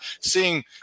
seeing